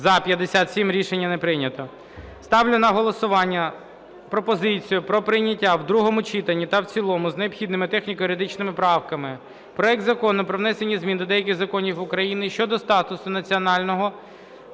За-57 Рішення не прийнято. Ставлю на голосування пропозицію про прийняття в другому читанні та в цілому з необхідними техніко-юридичними правками проект Закону про внесення змін до деяких законів України щодо статусу національного